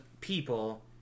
people